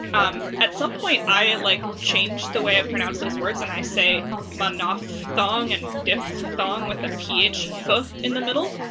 um at some point i had like changed the way i pronounce those words and i say mono f thong and di f thong with a ph so in the middle,